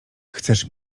chcesz